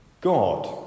God